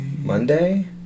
Monday